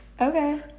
Okay